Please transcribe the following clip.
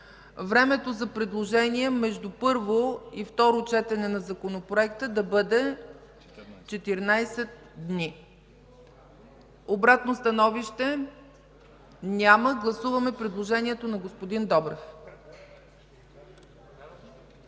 времето за предложения между първо и второ четене на законопроекта да бъде 14 дни. Обратно становище? Няма. Гласуваме предложението на господин Добрев.